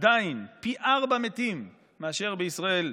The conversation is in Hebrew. ועדיין פי ארבעה מתים בבלגיה מאשר בישראל.